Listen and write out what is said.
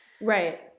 Right